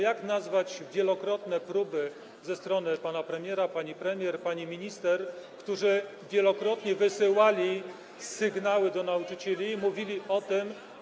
Jak nazwać wielokrotne próby ze strony pana premiera, pani premier, pani minister, którzy wielokrotnie wysyłali sygnały do nauczycieli i mówili o tym.